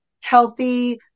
healthy